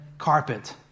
carpet